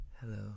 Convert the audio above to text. hello